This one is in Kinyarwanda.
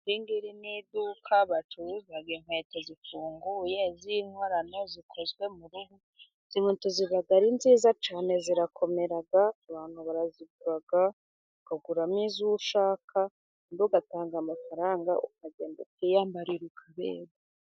Iri ngiri ni iduka bacuruza inkweto zifunguye z'inkorano zikozwe mu ruhu, izi nkweto ziba ari nziza cyane zirakomera abantu barazigura, ukaguramo iz'uwo ushaka ubundi ugatanga amafaranga, ukagenda ukiyambarira ukaberwa.